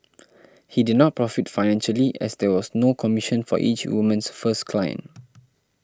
he did not profit financially as there was no commission for each woman's first client